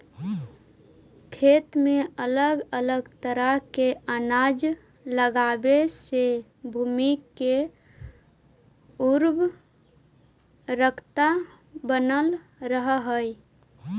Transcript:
खेत में अलग अलग तरह के अनाज लगावे से भूमि के उर्वरकता बनल रहऽ हइ